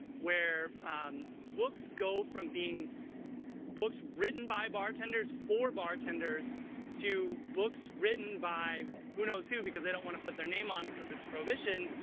where um books go from being books written by bartenders for bartenders to books written by who knows who because they don't want to put their name on it, because it's prohibition